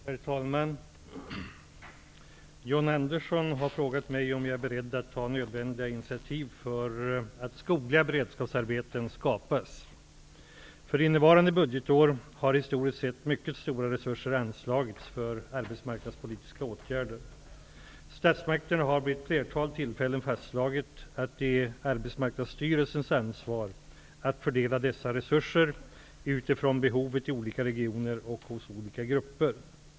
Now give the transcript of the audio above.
Herr talman! John Andersson har frågat mig om jag är beredd att ta nödvändiga initiativ för att skogliga beredskapsarbeten skapas. För innevarande budgetår har historiskt sett mycket stora resurser anslagits för arbetsmarknadspolitiska åtgärder. Statsmakterna har vid ett flertal tillfällen fastslagit att det är Arbetsmarknadsstyrelsens ansvar att fördela dessa resurser utifrån behovet i olika regioner och hos olika grupper.